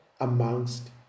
amongst